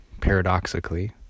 paradoxically